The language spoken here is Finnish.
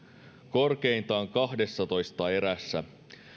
korkeintaan kahdessatoista erässä